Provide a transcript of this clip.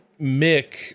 Mick